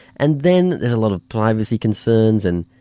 and then there are a lot of privacy concerns and.